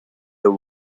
the